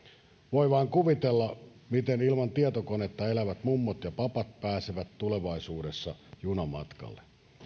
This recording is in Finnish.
voi vain kuvitella miten ilman tietokonetta elävät mummot ja papat pääsevät tulevaisuudessa junamatkalle